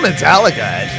Metallica